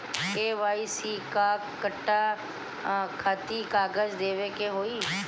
KYC ला कट्ठा कथी कागज देवे के होई?